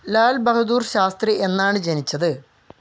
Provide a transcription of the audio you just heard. ലാൽ ബഹദൂർ ശാസ്ത്രി എന്നാണ് ജനിച്ചത്